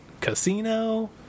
Casino